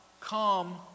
come